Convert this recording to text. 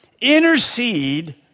Intercede